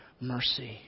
mercy